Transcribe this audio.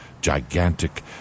gigantic